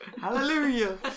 Hallelujah